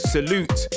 Salute